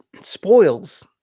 spoils